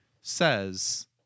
says